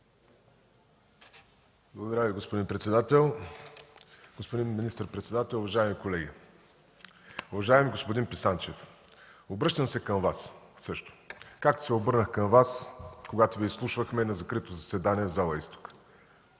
Ви, господин председател. Господин министър-председател, уважаеми колеги! Уважаеми господин Писанчев, обръщам се към Вас, както се обърнах към Вас, когато Ви изслушвахме на закрито заседание в зала „Изток”.